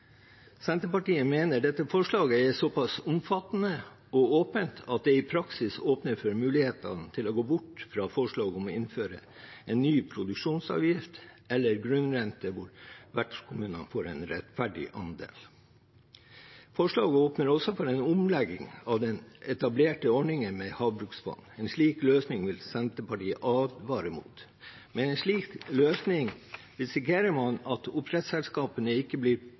Senterpartiet mener dette forslaget er så pass omfattende og åpent at det i praksis åpner for muligheten til å gå bort fra forslaget om å innføre en ny produksjonsavgift eller grunnrente der vertskommunene får en rettferdig andel. Forslaget åpner også for en omlegging av den etablerte ordningen med havbruksfond. En slik løsning vil Senterpartiet advare mot. Med en slik løsning risikerer man at oppdrettsselskapene ikke blir